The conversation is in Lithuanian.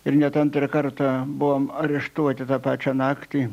ir net antrą kartą buvom areštuoti tą pačią naktį